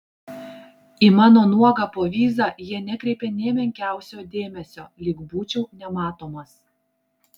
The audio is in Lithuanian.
į mano nuogą povyzą jie nekreipė nė menkiausio dėmesio lyg būčiau nematomas